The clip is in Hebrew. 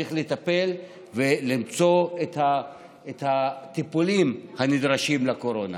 צריך לטפל ולמצוא את הטיפולים הנדרשים לקורונה.